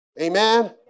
Amen